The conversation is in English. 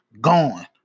Gone